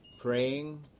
praying